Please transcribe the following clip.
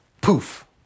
poof